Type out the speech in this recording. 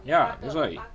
ya that's why